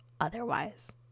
otherwise